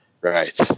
Right